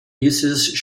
uses